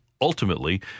ultimately